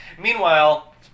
Meanwhile